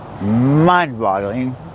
mind-boggling